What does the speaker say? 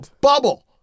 bubble